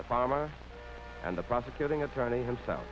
the pharma and the prosecuting attorney himself